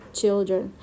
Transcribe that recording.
children